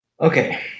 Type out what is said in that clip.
Okay